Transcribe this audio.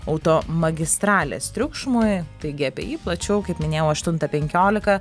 automagistralės triukšmui taigi apie jį plačiau kaip minėjau aštuntą penkiolika